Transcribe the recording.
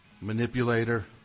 Manipulator